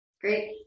Great